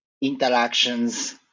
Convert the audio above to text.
interactions